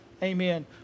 Amen